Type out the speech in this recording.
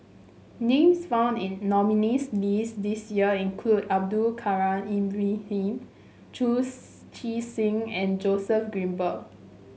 names found in nominees' list this year include Abdul Kadir Ibrahim Chu Chee Seng and Joseph Grimberg